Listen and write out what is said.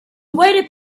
waited